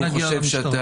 אני חושב שאתה,